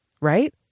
right